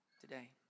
today